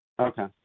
Okay